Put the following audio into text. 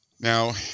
now